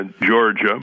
Georgia